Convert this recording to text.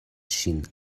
ŝin